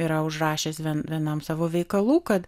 yra užrašęs vienam savo veikalų kad